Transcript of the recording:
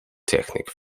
technique